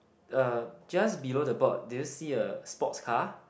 uh just below the board do you see a sports car